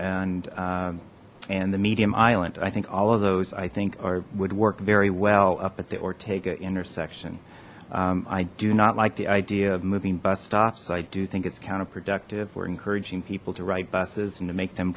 and and the medium island i think all of those i think are would work very well up at the ortega intersection i do not like the idea of moving bus stops i do think it's counterproductive we're encouraging people to ride buses and to make them